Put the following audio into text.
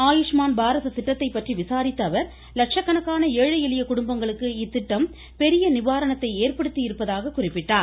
ஆயுஷ்மான் பாரத் திட்டத்தை பற்றி விவரித்த அவர் லட்சக்கணக்கான ஏழை எளிய குடும்பங்களுக்கு இத்திட்டம் பெரிய நிவாரணத்தை ஏற்படுத்தி இருப்பதாக குறிப்பிட்டார்